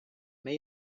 may